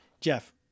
Jeff